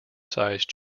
sized